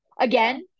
Again